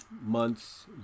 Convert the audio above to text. months